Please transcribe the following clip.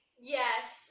Yes